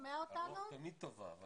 הרוח תמיד טובה,